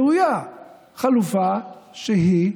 חלופה שהיא